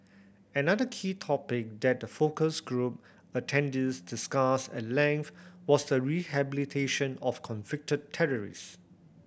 another key topic that the focus group attendees discussed at length was the rehabilitation of convicted terrorist